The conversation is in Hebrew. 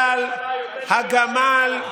אבל הגמל,